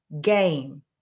game